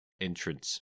entrance